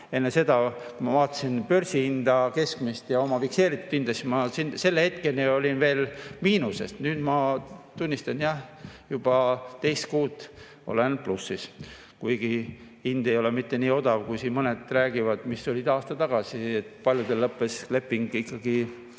Enne seda, kui ma vaatasin keskmist börsihinda ja oma fikseeritud hinda, selle hetkeni olin ma veel miinuses. Nüüd ma tunnistan jah, et juba teist kuud olen plussis, kuigi hind ei ole mitte nii odav, kui siin mõned räägivad, mis oli aasta tagasi. Paljudel lõppes leping ikkagi